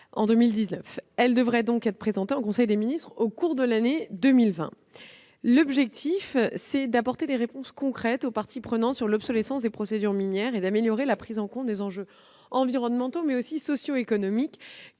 mai 2019 et devrait être présentée en conseil des ministres au cours de l'année 2020. L'objectif est d'apporter des réponses concrètes aux parties prenantes quant à l'obsolescence des procédures minières et d'améliorer la prise en compte des enjeux environnementaux et socio-économiques